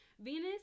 Venus